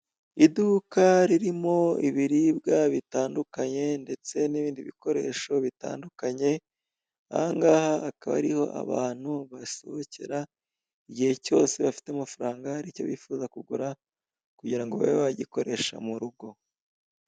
Iduka ririmo ibiribwa bitandukanye ndetse n'ibindi bikoresho bitandukanye, aha ngaha akaba ari aho abantu basohokera igihe cyose bafite amafaranga hari icyo bifuza kugura kugira ngo babe bagikoresha mu rugo.